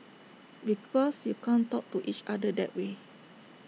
because you can't talk to each other that way